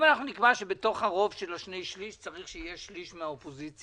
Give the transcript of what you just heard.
אנחנו נקבע שבתוך הרוב של השני שליש צריך שיהיה שליש מהאופוזיציה?